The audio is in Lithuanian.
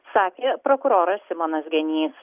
sakė prokuroras simonas genys